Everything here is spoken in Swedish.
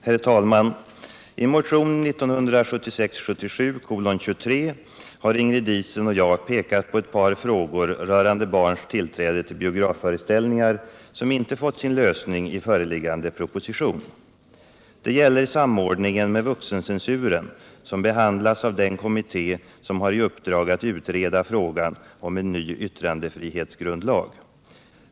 Herr talman! I motionen 1977/78:23 har Ingrid Diesen och jag pekat på ett par frågor rörande barns tillträde till biografföreställningar, frågor som inte får sin lösning i föreliggande proposition. Det gäller samordningen med vuxencensuren, som behandlas av den kommitté som har i uppdrag att utreda frågan om en ny yttrandefrihetsgrundlag.